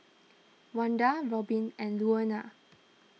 Wanda Robbin and Luana